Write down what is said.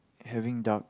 having dark